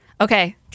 okay